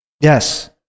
Yes